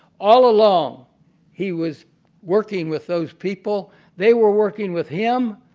all along he was working with those people they were working with him,